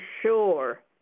sure